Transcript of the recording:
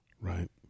Right